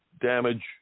damage